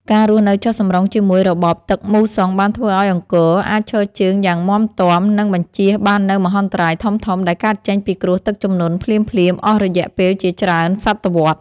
ការរស់នៅចុះសម្រុងជាមួយរបបទឹកមូសុងបានធ្វើឱ្យអង្គរអាចឈរជើងយ៉ាងមាំទាំ និងបញ្ចៀសបាននូវមហន្តរាយធំៗដែលកើតចេញពីគ្រោះទឹកជំនន់ភ្លាមៗអស់រយៈពេលជាច្រើនសតវត្ស។